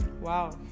wow